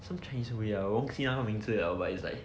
some chinese oh ya 我忘记那个名字了 but it's like